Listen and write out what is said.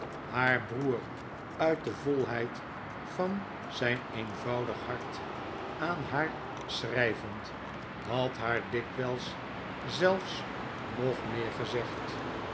haar broer uit de volheid van zijn eenvoudig hart aan haar schrijvehd had haar dikwijls zelfs nog meer gezegd